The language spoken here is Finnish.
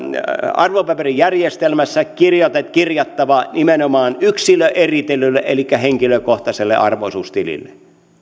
arvopaperijärjestelmässä kirjattava nimenomaan yksilöeritellylle elikkä henkilökohtaiselle arvo osuustilille